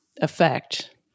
effect